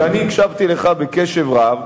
אני הקשבתי לך קשב רב,